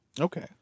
Okay